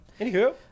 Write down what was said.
Anywho